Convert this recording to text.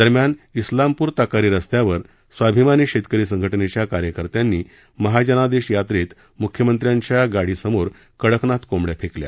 दरम्यान इस्लामपूर ताकारी रस्त्यावर स्वाभिमानी शेतकरी संघटनेच्या कार्यकर्त्यांनी महाजनादेश यावेत मुख्यमंत्र्यांच्या गाडीसमोर कडकनाथ कोंबड्या फेकल्या